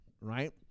right